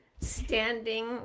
standing